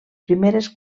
primeres